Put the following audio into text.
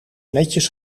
netjes